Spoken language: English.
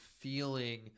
feeling